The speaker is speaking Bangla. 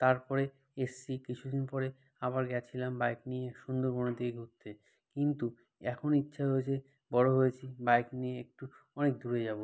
তারপরে এসেছি কিছু দিন পরে আবার গিয়েছিলাম বাইক নিয়ে সুন্দরবনের দিকে ঘুরতে কিন্তু এখন ইচ্ছা হয়েছে বড় হয়েছি বাইক নিয়ে একটু অনেক দূরে যাব